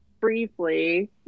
briefly